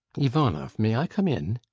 ivanoff, may i come in?